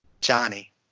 Johnny